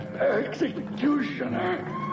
Executioner